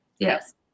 Yes